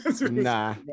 Nah